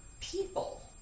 people